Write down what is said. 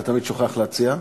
אתה תמיד שוכח להציע.